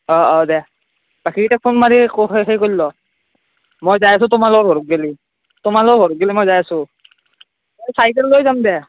অ' অ' দে বাকীকেইটাক ফোন মাৰি মই যাই আছোঁ তোমালোকৰ ঘৰক গেলি তোমালোকৰ ঘৰক গেলি মই যাই আছোঁ চাইকেল লৈ যাম দে